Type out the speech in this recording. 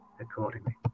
accordingly